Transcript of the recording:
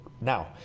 Now